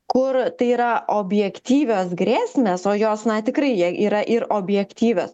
kur tai yra objektyvios grėsmės o jos na tikrai jie yra ir objektyvios